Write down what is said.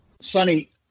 Sonny